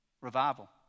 Revival